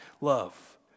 love